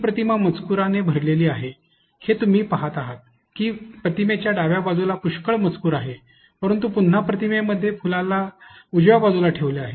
ही प्रतिमा मजकूराने भरलेली आहे हे तुम्ही पाहत आहेत की प्रतिमेच्या डाव्या बाजूला पुष्कळ मजकूर आहे परंतु पुन्हा प्रतिमेमध्ये फुलाला उजव्या बाजूला ठेवले आहे